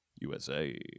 USA